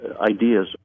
ideas